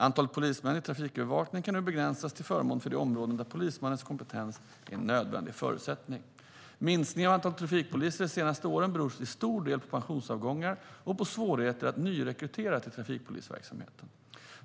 Antalet polismän i trafikövervakningen kan nu begränsas till förmån för de områden där polismans kompetens är en nödvändig förutsättning. Minskningen av antalet trafikpoliser de senaste åren beror till stor del på pensionsavgångar och på svårigheter att nyrekrytera till trafikpolisverksamheten.